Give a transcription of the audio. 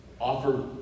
offer